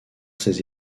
ces